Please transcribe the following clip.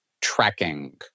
tracking